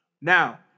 Now